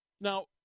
Now